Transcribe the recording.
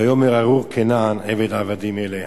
ויאמר ארור כנען עבד עבדים יהיה לאחיו",